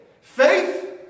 Faith